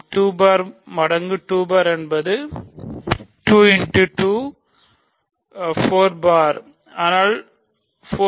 2 பார் மடங்கு 2 பார் 2 முறை 2 பார் சரி ஆனால் அது 4 பார்